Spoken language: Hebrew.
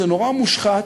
זה נורא מושחת,